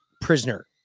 prisoner